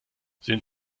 sind